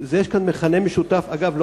אגב,